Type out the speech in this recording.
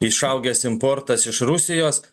išaugęs importas iš rusijos